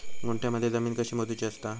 गुंठयामध्ये जमीन कशी मोजूची असता?